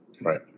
Right